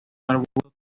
arbusto